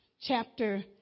chapter